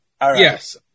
Yes